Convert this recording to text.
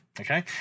Okay